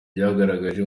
byagaragaje